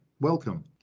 Welcome